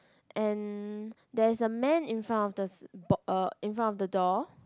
and there is a man in front of the s~ bo~ uh in front of the door